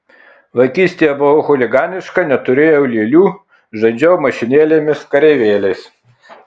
vaikystėje buvau chuliganiška neturėjau lėlių žaidžiau mašinėlėmis kareivėliais